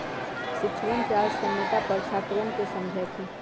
शिक्षकवन आज साम्यता पर छात्रवन के समझय थिन